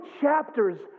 chapters